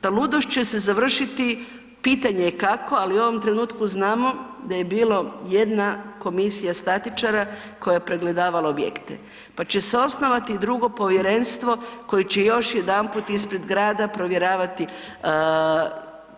Ta ludost će se završiti, pitanje je kako, ali u ovom trenutku znamo da je bila jedna komisija statičara koja je pregledavala objekte, pa će se osnovati drugo povjerenstvo koje će još jedanput ispred grada provjeravati